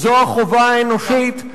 זו החובה האנושית,